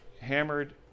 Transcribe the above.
hammered